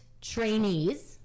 trainees